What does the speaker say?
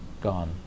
gone